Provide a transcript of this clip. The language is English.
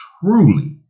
truly